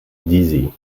dizzy